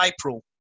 April